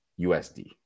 USD